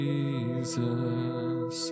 Jesus